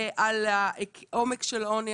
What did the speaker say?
על העומק של העוני,